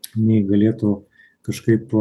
jinai galėtų kažkaip